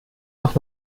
noch